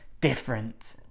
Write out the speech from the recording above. different